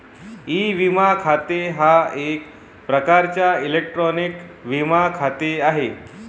E विमा खाते हा एक प्रकारचा इलेक्ट्रॉनिक विमा खाते आहे